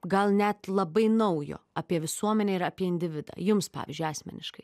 gal net labai naujo apie visuomenę ir apie individą jums pavyzdžiui asmeniškai